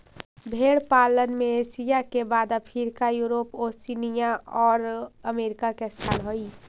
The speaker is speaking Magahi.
भेंड़ पालन में एशिया के बाद अफ्रीका, यूरोप, ओशिनिया और अमेरिका का स्थान हई